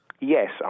Yes